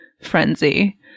frenzy